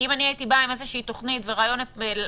אם הייתי באה עם איזו תוכנית ורעיון על